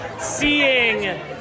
seeing